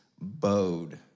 bowed